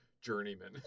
journeyman